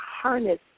harness